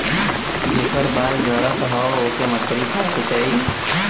जेकर बाल झरत हौ ओके मछरी खाए के चाही